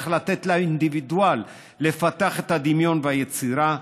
לתת לאינדיבידואל לפתח את הדמיון והיצירה,